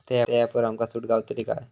त्या ऍपवर आमका सूट गावतली काय?